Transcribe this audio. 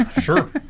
Sure